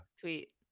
tweet